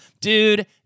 dude